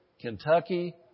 Kentucky